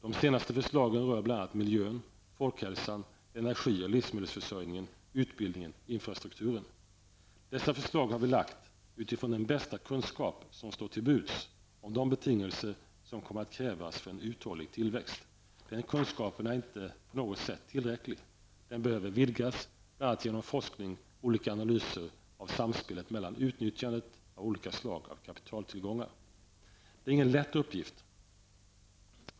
De senaste förslagen rör bl.a. miljön, folkhälsan, energi och livsmedelsförsörjningen, utbildningen och infrastrukturen. Dessa förslag har vi lagt utifrån den bästa kunskap som står till buds om de betingelser som kommer att krävas för en uthållig tillväxt. Den kunskapen är inte på något sätt tillräcklig. Den behöver vidgas genom bl.a. forskning och olika anlyser av samspelet mellan utnyttjandet av olika slag av kapitaltillgångar. Det är ingen lätt uppgift.